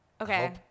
Okay